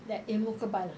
that ilmu kebal